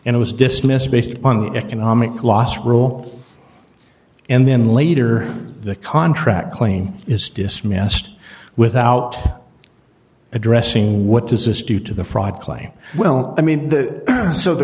and it was dismissed based upon the economic loss rule and then later the contract claim is dismissed without addressing what does this do to the fraud claim well i mean so the